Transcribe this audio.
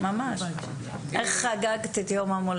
בתי הסוהר,